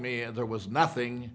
me and there was nothing